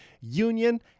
Union